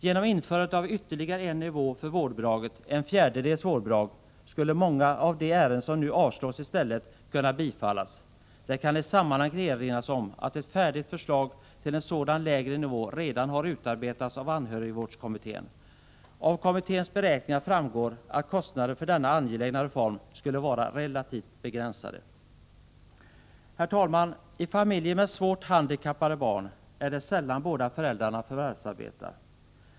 Genom införande av ytterligare en nivå för vårdbidraget — ett fjärdedels vårdbidrag — skulle många av de ärenden som nu avslås i stället kunna bifallas. Det kan i sammanhanget erinras om att ett färdigt förslag till en sådan lägre nivå redan har utarbetats av anhörigvårdskommittén. Av kommitténs beräkningar framgår att kostnaderna för denna angelägna reform skulle vara relativt begränsade. Herr talman! I familjer med svårt handikappade barn är det sällan båda föräldrarna förvärvsarbetar.